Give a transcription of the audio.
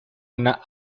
una